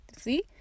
See